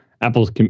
Apple's